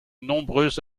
nombreux